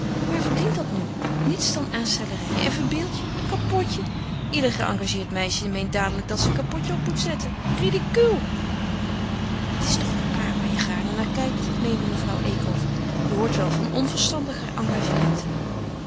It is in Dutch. waarvoor dient dat nu niets dan aanstellerij en verbeeld je een capotje ieder geëngageerd meisje meent dadelijk dat ze een capotje op moet zetten ridicuul het is toch een paar waar je gaarne naar kijkt meende mevrouw eekhof je hoort wel van onverstandiger